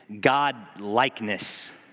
God-likeness